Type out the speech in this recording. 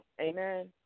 Amen